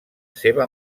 seva